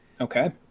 Okay